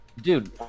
Dude